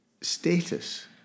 status